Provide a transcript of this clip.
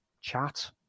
chat